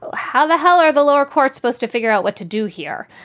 ah how the hell are the lower court supposed to figure out what to do here?